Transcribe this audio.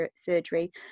surgery